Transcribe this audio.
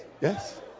yes